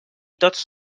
tots